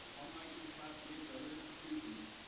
unlike your classmates at other institutions,